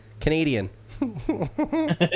Canadian